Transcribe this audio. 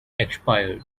expired